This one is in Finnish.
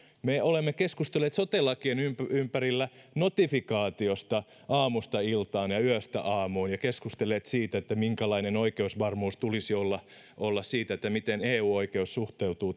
me olemme keskustelleet sote lakien ympärillä notifikaatiosta aamusta iltaan ja yöstä aamuun ja keskustelleet siitä minkälainen oikeusvarmuus tulisi olla olla siitä miten eu oikeus suhteutuu